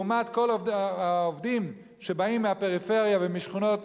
לעומת כל העובדים שבאים מהפריפריה ומהשכונות,